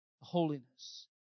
Holiness